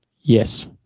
Yes